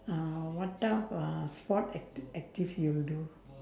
uh what type of sport act~ active you will do